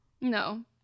no